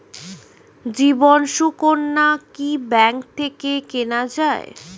জীবন সুকন্যা কি ব্যাংক থেকে কেনা যায়?